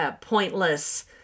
pointless